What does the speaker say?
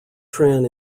tran